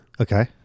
Okay